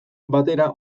batera